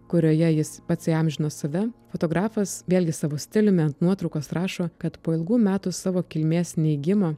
kurioje jis pats įamžino save fotografas vėlgi savo stiliumi ant nuotraukos rašo kad po ilgų metų savo kilmės neigimo